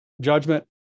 judgment